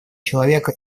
человека